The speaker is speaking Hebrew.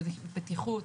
בטיחות,